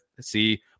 see